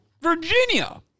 Virginia